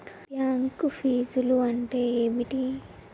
Bank ఫీజ్లు అంటే ఏమిటి?